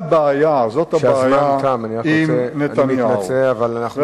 אני מתנצל, אבל אני רק רוצה להזכיר לך שהזמן תם.